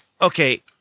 Okay